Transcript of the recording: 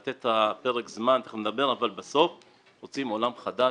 לתת את זמן ההסתגלות אבל בסוף להגיע לעולם חדש.